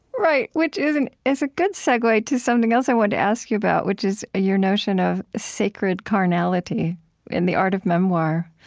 right, which is and is a good segue to something else i wanted to ask you about, which is your notion of sacred carnality in the art of memoir.